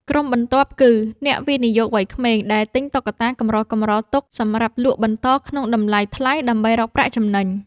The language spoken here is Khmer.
ក្រុមបន្ទាប់គឺ អ្នកវិនិយោគវ័យក្មេង ដែលទិញតុក្កតាកម្រៗទុកសម្រាប់លក់បន្តក្នុងតម្លៃថ្លៃដើម្បីរកប្រាក់ចំណេញ។